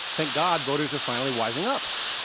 thank god voters are finally wising up,